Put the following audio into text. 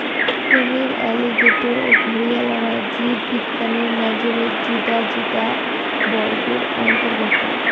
কুমীর, অ্যালিগেটর ও ঘরিয়ালরা জীববিজ্ঞানের নজরত যুদা যুদা বর্গের অন্তর্গত